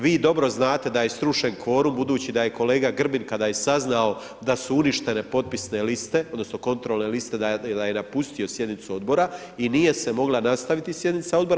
Vi dobro znate da je srušen kvorum budući da je kolega Grbin kada je saznao da su uništene potpisne liste, odnosno kontrolne liste da je napustio sjednicu Odbora i nije se mogla nastaviti sjednica Odbora.